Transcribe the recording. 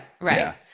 Right